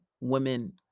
women